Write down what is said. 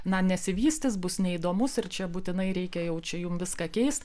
na nesivystys bus neįdomus ir čia būtinai reikia jau čia jum viską keist